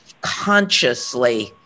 consciously